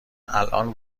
الان